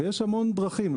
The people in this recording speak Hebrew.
ויש המון דרכים.